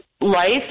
life